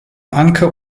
anke